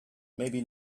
maybe